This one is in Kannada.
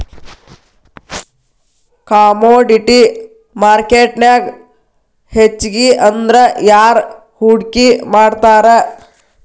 ಕಾಮೊಡಿಟಿ ಮಾರ್ಕೆಟ್ನ್ಯಾಗ್ ಹೆಚ್ಗಿಅಂದ್ರ ಯಾರ್ ಹೂಡ್ಕಿ ಮಾಡ್ತಾರ?